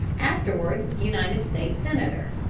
afterwards united states senator.